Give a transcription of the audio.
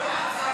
להסיר